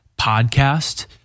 podcast